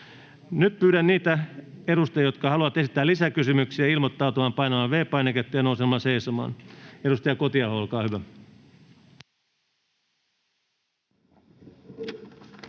Nyt pyydän niitä edustajia, jotka haluavat esittää lisäkysymyksiä, ilmoittautumaan painamalla V-painiketta ja nousemalla seisomaan. — Edustaja Kotiaho, olkaa hyvä.